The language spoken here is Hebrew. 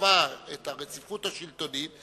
קבע את הרציפות השלטונית,